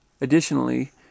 Additionally